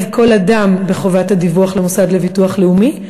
כל אדם בחובת הדיווח למוסד לביטוח לאומי,